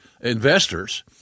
investors